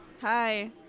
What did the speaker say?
Hi